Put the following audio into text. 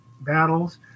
battles